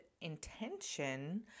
intention